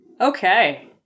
Okay